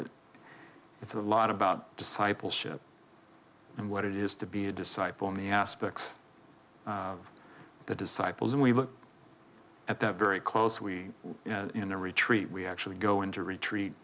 it it's a lot about discipleship and what it is to be a disciple in the aspects of the disciples and we look at that very close we are in a retreat we actually go into retreat